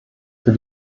für